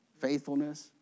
faithfulness